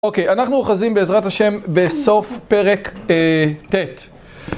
אוקיי, אנחנו אוחזים בעזרת השם בסוף אה.. פרק ט.